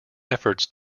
efforts